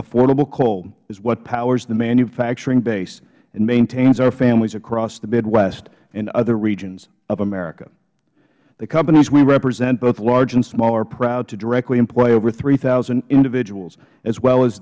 affordable coal is what powers the manufacturing base and maintains our families across the midwest and other regions of america the companies we represent both large and small are proud to directly employ over three thousand individuals as well as